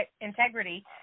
integrity